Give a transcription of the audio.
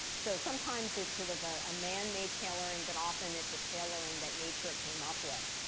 so sometimes it's sort of a man-made tailoring, but often it's a tailoring that nature came up with.